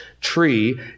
tree